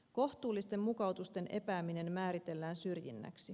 kohtuullisten mukautusten epääminen määritellään syrjinnäksi